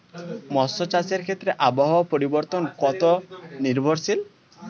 মৎস্য চাষের ক্ষেত্রে আবহাওয়া পরিবর্তন কত নির্ভরশীল?